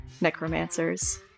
necromancers